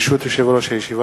ברשות יושב-ראש הישיבה,